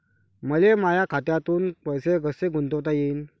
मले माया खात्यातून पैसे कसे गुंतवता येईन?